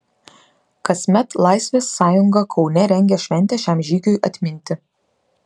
kasmet laisvės sąjunga kaune rengia šventę šiam žygiui atminti